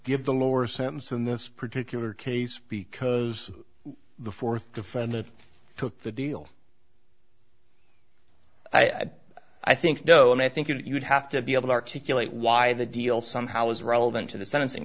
give the lower sentence in this particular case because the fourth defendant took the deal i had i think no and i think you would have to be able to articulate why the deal somehow is relevant to the sentencing